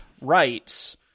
rights